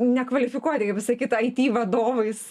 nekvalifikuoti kaip pasakyt aiti vadovais